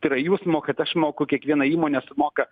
tai yra jūs mokat aš moku kiekviena įmonė sumoka